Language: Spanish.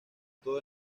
todo